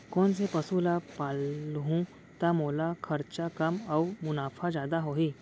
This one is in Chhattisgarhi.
कोन से पसु ला पालहूँ त मोला खरचा कम अऊ मुनाफा जादा होही?